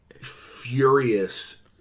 furious